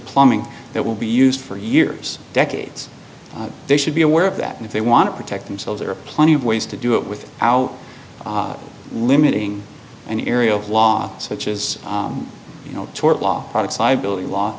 plumbing that will be used for years decades they should be aware of that and if they want to protect themselves there are plenty of ways to do it with how limiting an area of law such as you know tort law products liability law